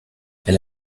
elle